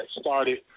started